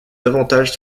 davantage